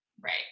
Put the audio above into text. right